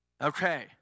Okay